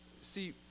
See